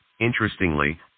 Interestingly